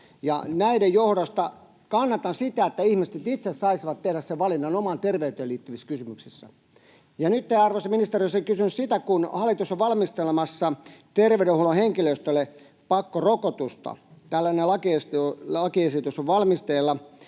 Näiden johdosta kannatan sitä, että ihmiset nyt itse saisivat tehdä sen valinnan omaan terveyteensä liittyvissä kysymyksissä. Ja nytten, arvoisa ministeri, olisin kysynyt: Hallitus on valmistelemassa terveydenhuollon henkilöstölle pakkorokotusta. Tällainen lakiesitys on valmisteilla,